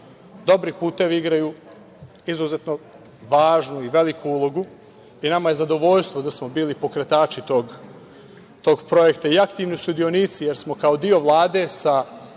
dobri putevi igraju izuzetno važnu i veliku ulogu i nama je zadovoljstvo da smo bili pokretači tog projekta i aktivni sudeonici, jer smo kao deo Vlade sa